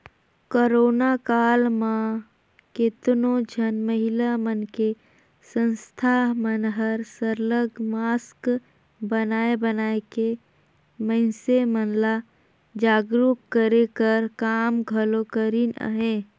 corona काल म केतनो झन महिला मन के संस्था मन हर सरलग मास्क बनाए बनाए के मइनसे मन ल जागरूक करे कर काम घलो करिन अहें